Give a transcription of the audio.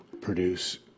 produce